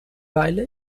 weile